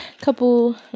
couple